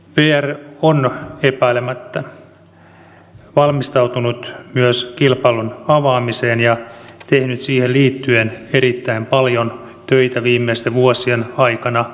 vr on epäilemättä valmistautunut myös kilpailun avaamiseen ja tehnyt siihen liittyen erittäin paljon töitä viimeisten vuosien aikana